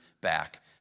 back